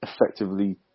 effectively